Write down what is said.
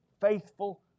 faithful